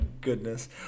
goodness